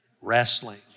Wrestling